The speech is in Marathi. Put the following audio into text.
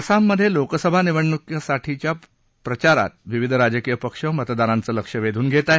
आसाममधे लोकसभा निवडणुकीसाठीच्या प्रचारात विविध राजकीय पक्ष मतदारांचं लक्ष वेधून घेत आहेत